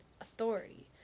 authority